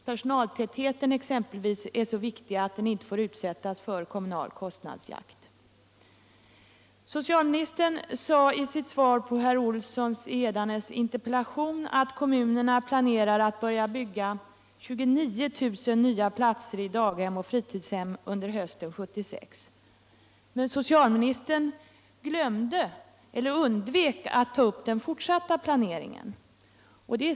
Personaltätheten exempelvis är så viktig att den inte får utsättas för kommunal kostnadsjakt.